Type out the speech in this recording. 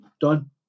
done